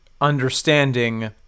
understanding